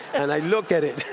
and i look at it.